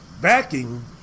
backing